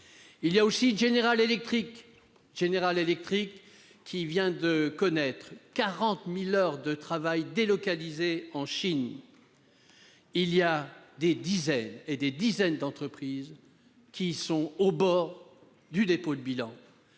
Il y a aussi General Electric, qui vient de connaître 40 000 heures de travail délocalisées en Chine ! Des dizaines et des dizaines d'entreprises sont au bord du dépôt de bilan,